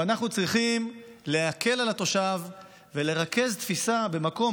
אנחנו צריכים להקל על התושב ולרכז תפיסה במקום,